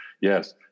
yes